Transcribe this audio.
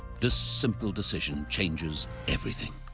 this simple decision changes everything.